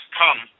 come